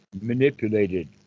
manipulated